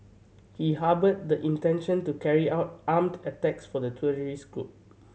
he harboured the intention to carry out armed attacks for the terrorist group